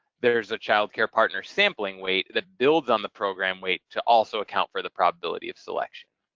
there's a child care partner sampling weight that builds on the program weight to also account for the probability of selection.